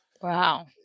Wow